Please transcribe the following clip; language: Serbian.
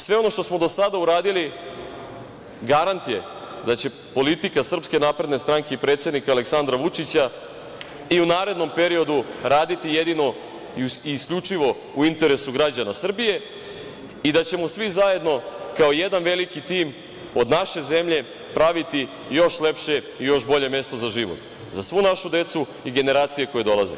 Sve ono što smo do sada uradili garant je da će politika SNS i predsednika Aleksandra Vučića i u narednom periodu raditi jedino i isključivo u interesu građana Srbije i da ćemo svi zajedno kao jedan veliki tim od naše zemlje praviti još lepše i još bolje mesto za život za svu našu decu i generacije koje dolaze.